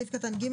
(א)בסעיף קטן (ג),